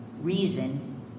reason